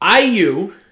IU